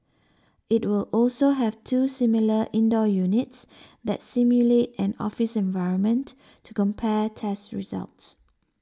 it will also have two similar indoor units that simulate an office environment to compare tests results